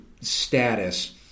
status